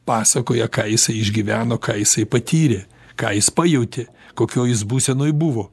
pasakoja ką jisai išgyveno ką jisai patyrė ką jis pajautė kokioj jis būsenoj buvo